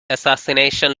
assassination